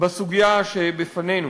בסוגיה שלפנינו.